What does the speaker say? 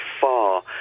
far